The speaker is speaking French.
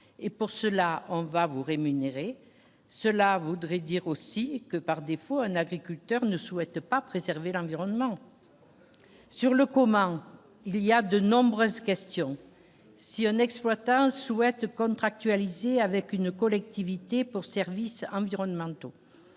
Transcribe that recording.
et pour cela on va vous rémunérer, cela voudrait dire aussi que, par défaut, un agriculteur ne souhaite pas préserver l'environnement sur le comment, il y a de nombreuses questions si un exploitant souhaite contractualiser avec une collectivité pour services environnementaux,